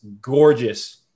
gorgeous